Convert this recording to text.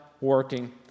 working